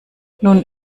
nun